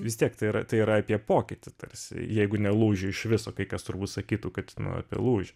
vis tiek tai yra tai yra apie pokytį tarsi jeigu ne lūžį iš viso kai kas turbūt sakytų kad na apie lūžį